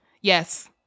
Yes